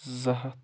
زٕ ہَتھ